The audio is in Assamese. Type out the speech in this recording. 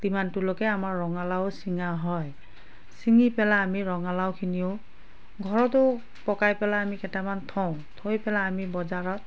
সিমানটোলৈকে আমাৰ ৰঙালাও চিঙা হয় চিঙি পেলাই আমি ৰঙালাওখিনিও ঘৰতো পকাই পেলাই আমি কেইটামান থওঁ থৈ পেলাই আমি বজাৰত